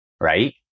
right